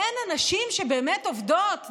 בין הנשים שבאמת עובדות,